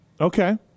Okay